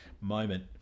moment